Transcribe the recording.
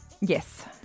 Yes